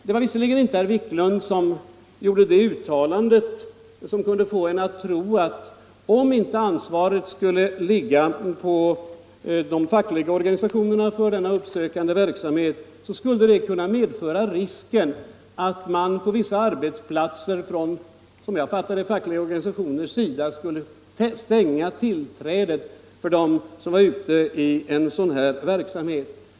Det var visser Tisdagen den ligen inte herr Wiklund som gjorde det uttalande som kunde få en att 20 maj 1975 tro att om inte ansvaret för denna uppsökande verksamhet skulle ligga re Aaker på de fackliga organisationerna, så skulle det kunna medföra risk för Vuxenutbildningen, att man på vissa arbetsplatser från — som jag fattar det — fackliga orm.m. ganisationers sida skulle stänga tillträdet för dem som bedrev en sådan här verksamhet.